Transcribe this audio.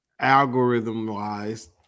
algorithm-wise